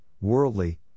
worldly